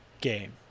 game